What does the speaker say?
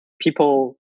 people